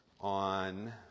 on